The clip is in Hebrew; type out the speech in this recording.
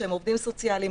שהם עובדים סוציאליים,